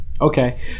Okay